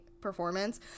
performance